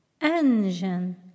engine